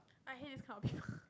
I hate this kind of people